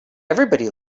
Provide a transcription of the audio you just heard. everybody